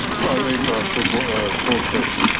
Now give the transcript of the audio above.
i mean for closed session.